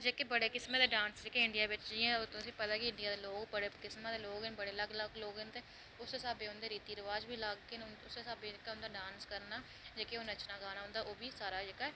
जेह्के बड़े किस्में दे डांस जेह्के इंडिया बिच्च तुसें पता ऐ इंडिया दे लोग बड़े किस्मां दे लोग न बड़े अलग अलग लोग न ते उस्सै हिसाबे दे उंदे रिती रवाज बी अलग न उस्सै हिसाबे दे डांस करना जेह्का उंदा नच्चना गाना जेह्का उंदा